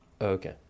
Okay